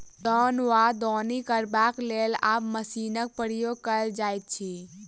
दौन वा दौनी करबाक लेल आब मशीनक प्रयोग कयल जाइत अछि